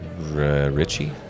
Richie